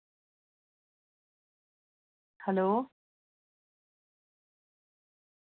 hello